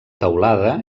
teulada